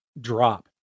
drop